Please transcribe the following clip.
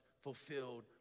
fulfilled